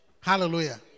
hallelujah